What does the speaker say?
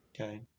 Okay